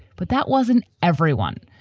but that wasn't everyone.